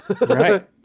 Right